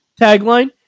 Tagline